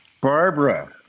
Barbara